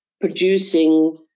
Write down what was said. producing